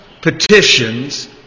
petitions